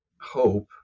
hope